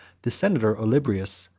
the senator olybrius,